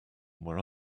where